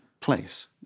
place